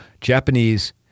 Japanese